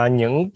những